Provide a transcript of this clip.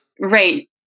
Right